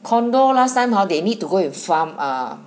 condo last time !huh! they need go farm ah